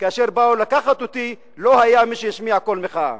כאשר באו לקחת אותי, לא היה מי שישמיע קול מחאה.